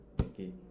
Okay